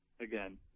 again